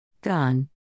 Gone